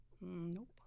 Nope